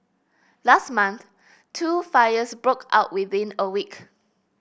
last month two fires broke out within a week